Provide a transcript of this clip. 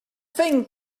thing